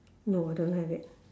no I don't have it